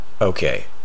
okay